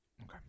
Okay